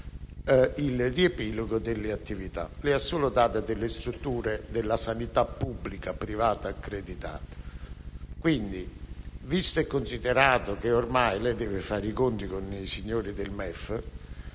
il riepilogo delle attività. Lei ha solo i dati delle strutture della sanità pubblica e privata accreditata. Visto e considerato che lei deve fare i conti con i signori del MEF,